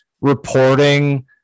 reporting